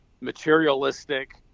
materialistic